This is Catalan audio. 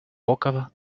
boca